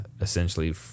essentially